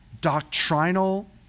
doctrinal